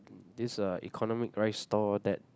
this uh economic rice stall that